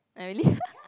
ah really